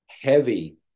heavy